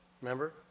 remember